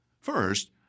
First